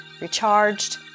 recharged